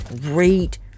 great